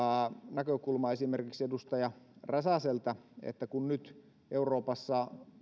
näkökulma esimerkiksi edustaja räsäseltä että kun nyt euroopassa